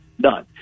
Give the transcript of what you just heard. done